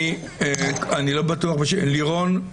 לירון.